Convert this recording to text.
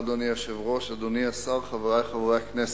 אדוני היושב-ראש, אדוני השר, חברי חברי הכנסת,